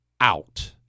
out